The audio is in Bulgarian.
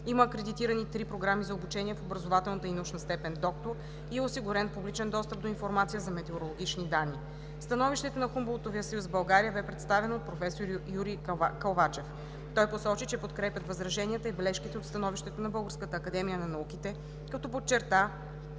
има акредитирани три програми за обучение в образователната и научна степен „доктор“ и е осигурен публичен достъп до информация за метеорологични данни. Становището на Хумболтовия съюз в България бе представено от професор Юрий Кълвачев. Той посочи, че подкрепят възраженията и бележките от становището на Българската академия на науките, като подчерта,